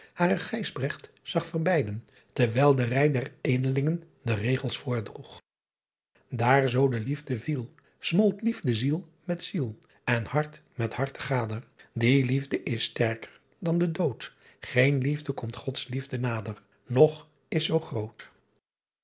zag verbeiden terwijl de ei der delingen de regels voordroeg aer zoo de liefde viel molt liefde ziel met ziel n hart met hart te gader ie liefde is stercker dan de doodt een liefde komt ods liefde nader och is zoo groot